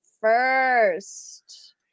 first